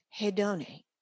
Hedone